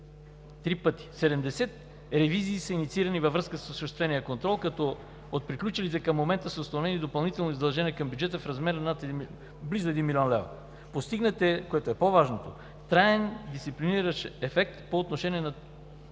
Три пъти! 70 ревизии са инициирани във връзка с осъществения контрол, като от приключилите към момента са установени допълнителни задължения към бюджета в размер близо 1 млн. лв. Постигнат е, което е по-важно тук, траен дисциплиниращ ефект по отношение на